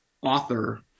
author